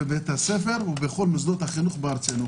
בבית הספר ובכל מוסדות החינוך בארצנו,